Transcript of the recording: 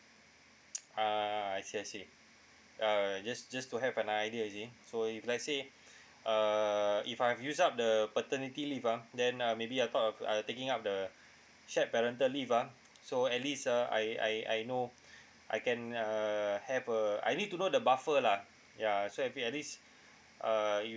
ah I see I see uh just just to have an idea you see so if let's say uh if I've used up the paternity leave ah then uh maybe I thought of uh taking up the shared parental leave ah so at least uh I I I know I can uh have a I need to know the buffer lah ya so at least uh you